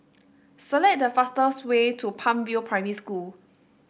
select the fastest way to Palm View Primary School